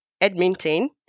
Edmonton